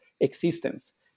existence